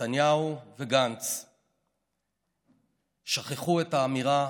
נתניהו וגנץ שכחו את האמירה